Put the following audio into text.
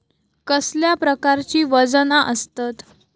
कसल्या प्रकारची वजना आसतत?